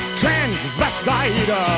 transvestite